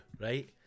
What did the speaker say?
right